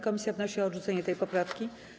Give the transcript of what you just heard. Komisja wnosi o odrzucenie tej poprawki.